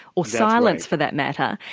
or silence for that matter.